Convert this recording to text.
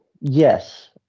Yes